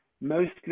mostly